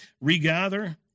regather